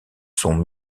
sont